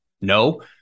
No